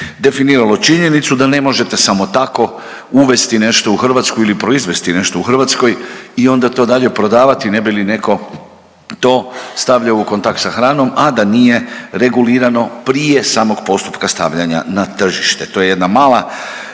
definiralo činjenicu da ne možete samo tako uvesti nešto u Hrvatsku ili proizvesti nešto u Hrvatskoj i onda to dalje prodavati ne bi li netko to stavljao u kontakt sa hranom, a da nije regulirano prije samog postupka stavljanja na tržište. To je jedna mala,